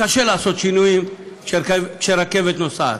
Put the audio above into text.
קשה לעשות שינויים כאשר הרכבת נוסעת.